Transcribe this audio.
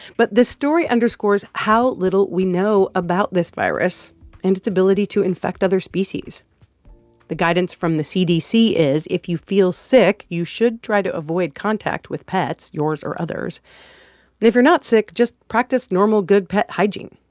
but this story underscores how little we know about this virus and its ability to infect other species the guidance from the cdc is if you feel sick, you should try to avoid contact with pets yours or others. but if you're not sick, just practice normal good pet hygiene.